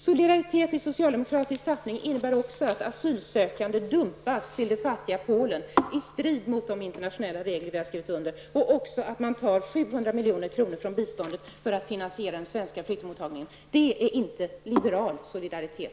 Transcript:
Solidaritet i socialdemokratisk tappning innebär också att asylsökande dumpas till det fattiga Polen i strid mot de internationella regler som vi har skrivit under och den innebär också att man tar 700 milj.kr. från biståndet för att finansiera den svenska flyktingmottagningen. Det är i varje fall inte liberal solidaritet.